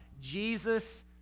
Jesus